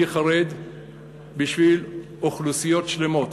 אני חרד בשביל אוכלוסיות שלמות